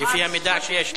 לפי המידע שיש לי.